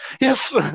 yes